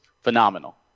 phenomenal